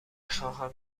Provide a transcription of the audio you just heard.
خواهم